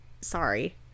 sorry